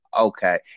okay